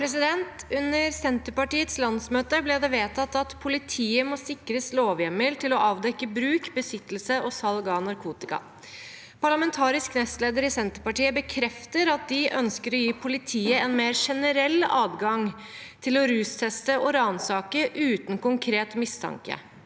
«Under Senterparti- ets landsmøte ble det vedtatt at politiet må sikres lovhjemmel til å avdekke bruk, besittelse og salg av narkotika. Parlamentarisk nestleder i Senterpartiet bekrefter at de ønsker å gi politiet en mer generell adgang til å rusteste og ransake uten konkret mistanke.